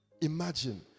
Imagine